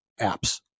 apps